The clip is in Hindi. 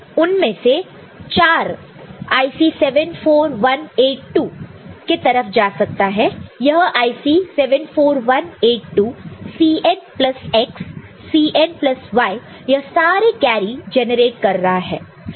यह IC 74182 Cn plus x Cn plus y यह सारे कैरी जनरेट कर रहा है